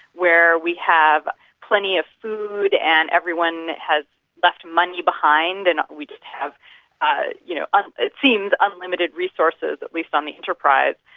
where we have plenty of food and everyone has left money behind, and we just have ah you know um it seems unlimited resources, at least on the enterprise.